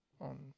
on